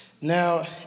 Now